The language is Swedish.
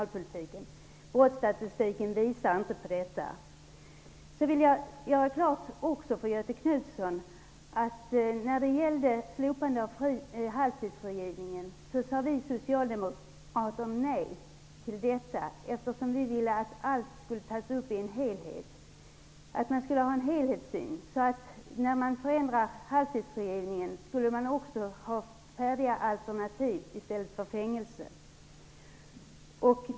Brottsstatistiken tyder inte på detta. Jag vill också göra klart för Göthe Knutson att vi socialdemokrater sade nej till slopandet av halvtidsfrigivningen, eftersom vi ville att allt skulle tas upp samtidigt för att skapa en helhetssyn. När man slopade halvtidsfrigivningen, borde man ha haft färdiga alternativ i stället för fängelse.